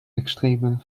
extremen